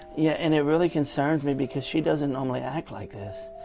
yeah and it really concerns me because she doesn't normally act like this.